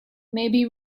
maybe